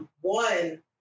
One